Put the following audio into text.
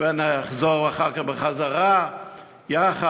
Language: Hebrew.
ונחזור אחר כך יחד.